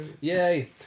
Yay